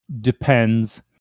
depends